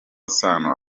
isano